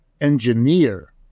engineer